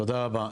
תודה רבה.